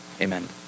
amen